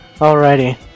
Alrighty